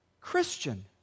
Christian